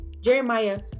Jeremiah